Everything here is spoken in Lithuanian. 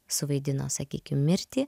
suvaidino sakykim mirtį